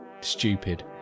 stupid